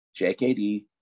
JKD